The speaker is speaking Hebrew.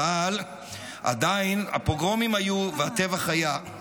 אבל עדיין הפוגרומים היו והטבח היה.